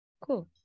Cool